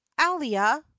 alia